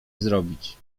zrobić